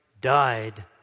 died